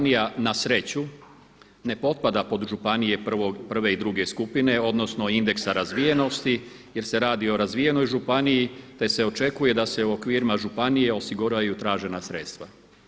na sreću ne potpada pod županije prve i druge skupine odnosno indeksa razvijenosti jer se radi o razvijenoj županiji te se očekuje da se u okvirima županije osiguraju tražena sredstva.